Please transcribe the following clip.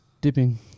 dipping